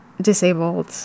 disabled